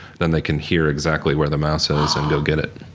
then they can hear exactly where the mouse ah is and go get it.